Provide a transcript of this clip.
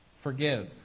Forgive